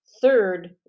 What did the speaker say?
Third